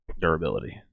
Durability